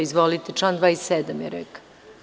Izvolite, član 27. je rekao.